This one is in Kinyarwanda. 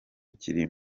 kiri